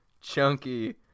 chunky